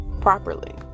properly